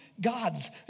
gods